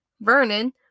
Vernon